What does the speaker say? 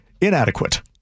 inadequate